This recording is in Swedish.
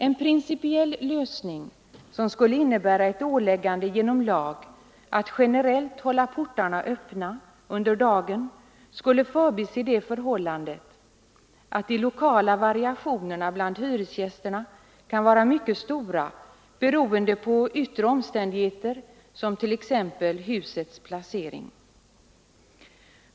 En principiell lösning, som skulle innebära ett åläggande genom lag att generellt hålla portarna öppna under dagen, skulle förbise det förhållandet att de lokala variationerna bland hyresgästerna kan vara mycket stora beroende på yttre omständigheter, t.ex. husets placering.